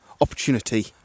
opportunity